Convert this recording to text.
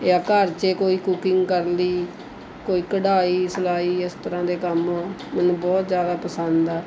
ਜਾਂ ਘਰ 'ਚ ਹੀ ਕੋਈ ਕੁਕਿੰਗ ਕਰਨ ਦੀ ਕੋਈ ਕਢਾਈ ਸਲਾਈ ਇਸ ਤਰ੍ਹਾਂ ਦੇ ਕੰਮ ਮੈਨੂੰ ਬਹੁਤ ਜ਼ਿਆਦਾ ਪਸੰਦ ਆ